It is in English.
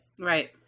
Right